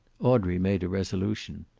audrey made a resolution.